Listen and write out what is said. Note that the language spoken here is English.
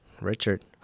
Richard